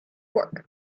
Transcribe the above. work